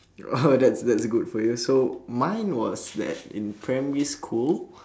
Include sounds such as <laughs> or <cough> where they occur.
!wow! <laughs> that's that's good for you so mine was that in primary school <breath>